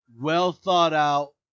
well-thought-out